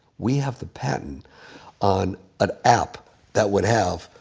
we have the patent on an app that would have,